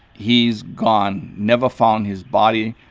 he's gone never found his body.